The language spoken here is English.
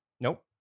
Nope